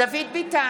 אינו נוכח דוד ביטן,